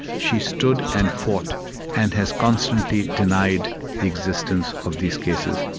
she stood and fought and has constantly denied the existence of these cases.